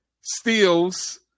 steals